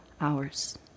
hours